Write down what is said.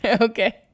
Okay